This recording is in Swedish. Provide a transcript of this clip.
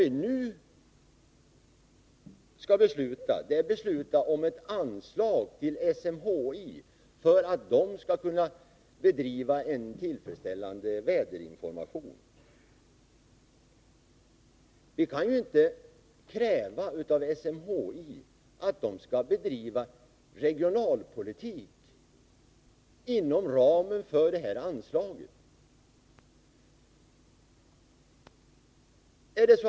Vi skall nu besluta om ett anslag till SMHI för att det skall kunna bedriva en tillfredsställande väderinformation. Vi kan ju inte kräva av SMHI att det skall bedriva regionalpolitik inom ramen för det här anslaget.